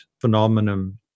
phenomenon